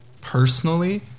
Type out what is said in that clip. Personally